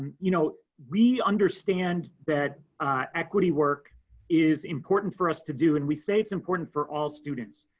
you know we understand that equity work is important for us to do, and we say it's important for all students.